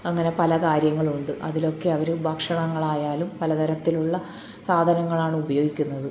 അങ്ങനെ പല കാര്യങ്ങളുണ്ട് അതിലൊക്കെ അവർ ഭക്ഷണങ്ങളായാലും പലതരത്തിലുള്ള സാധനങ്ങളാണ് ഉപയോഗിക്കുന്നത്